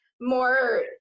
more